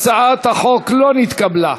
הצעת החוק לא נתקבלה.